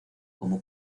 como